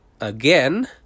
again